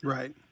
Right